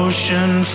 Ocean